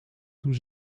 toen